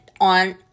on